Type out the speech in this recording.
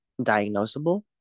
diagnosable